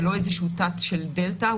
זה לא איזשהו תת של דלתא,